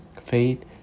faith